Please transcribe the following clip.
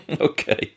okay